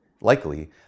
likely